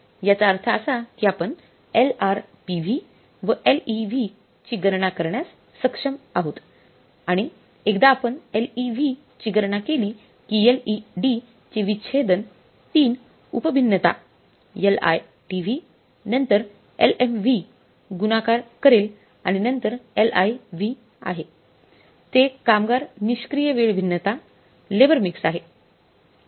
याचा अर्थ असा की आपण LRPV व LEV ची गणना करण्यास सक्षम आहात आणि एकदा आपण LEV ची गणना केली की LED चे विच्छेदन तीन उप भिन्नता LITV नंतर LMV गुणाकार करेल आणि नंतर LIV आहे ते एक कामगार निष्क्रिय वेळ भिन्नता लेबर मिक्स आहे